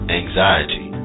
anxiety